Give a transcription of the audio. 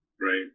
right